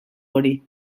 hori